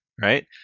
right